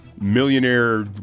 millionaire